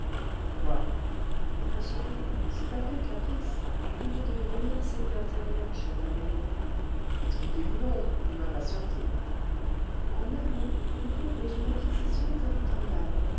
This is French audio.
quoi vous concevez c'est un pur caprice l'idée de devenir seigneur terrien cher tabellion expliquez-vous donc vous m'impatientez en un mot on me propose une acquisition territoriale